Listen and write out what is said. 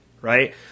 right